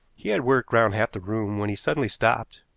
he had worked round half the room when he suddenly stopped,